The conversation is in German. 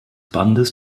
bandes